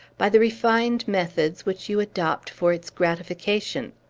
by the refined methods which you adopt for its gratification.